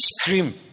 scream